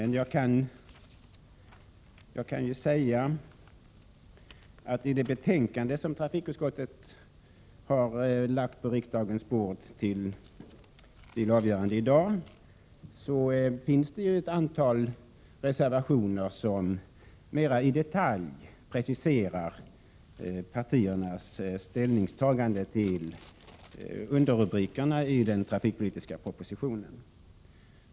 I det betänkande nr 13 som trafikutskottet har lagt på riksdagens bord för avgörande i dag finns det emellertid ett antal reservationer som mera i detalj preciserar partiernas ställningstaganden till underrubrikerna i den trafikpolitiska propositionen.